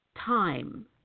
time